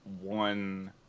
one